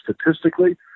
statistically